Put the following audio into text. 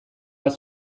bat